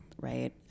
Right